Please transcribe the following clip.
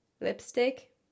lipstick